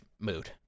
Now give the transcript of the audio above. mood